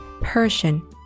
Persian